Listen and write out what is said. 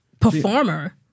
performer